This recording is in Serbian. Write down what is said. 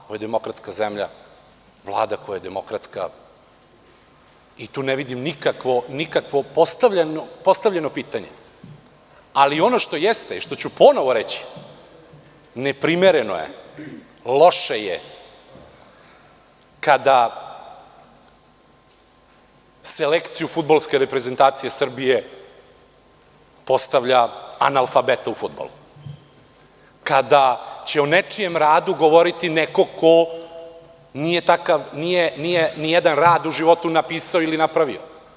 Ovo je demokratska zemlja, Vlada koja je demokratska i tu ne vidim nikakvo postavljeno pitanje, ali ono što jeste i što ću ponovo reći neprimereno je, loše je kada selekciju fudbalske reprezentacije Srbije postavlja analfabeta u fudbalu, kada će o nečijem radu govoriti neko ko nije nijedan rad u životu napisao ili napravio.